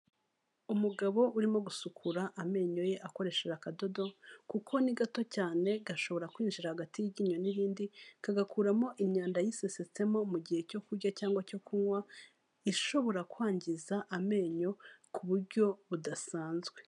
Umugabo urimo gusukura amenyo ye akoresheje akadodo, kuko ni gato cyane gashobora kwinjira hagati y'iryinyo n'ibindi kagakuramo imyanda yisesetsemo mu gihe cyo kurya cyangwa icyo kunywa ishobora kwangiza amenyo ku buryo budasanzwe.